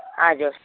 हजुर